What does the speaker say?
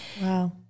Wow